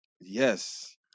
yes